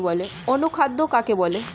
অনুখাদ্য কাকে বলে?